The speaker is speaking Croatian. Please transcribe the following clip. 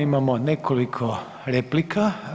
Imamo nekoliko replika.